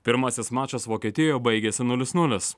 pirmasis mačas vokietijoje baigėsi nulis nulis